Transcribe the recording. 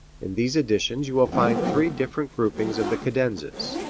in these editions you will find three different groupings of the cadenzas.